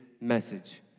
message